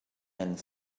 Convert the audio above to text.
and